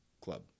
club